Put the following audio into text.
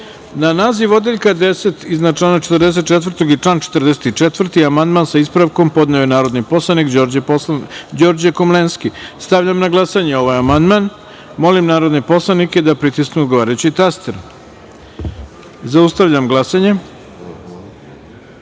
naziv iznad člana 63. i član 63. amandman, sa ispravkom, podneo je narodni poslanik Đorđe Komlenski. Stavljam na glasanje ovaj amandman. Molim narodne poslanike da pritisnu odgovarajući taster. Zaustavljam glasanje: